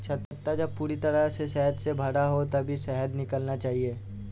छत्ता जब पूरी तरह शहद से भरा हो तभी शहद निकालना चाहिए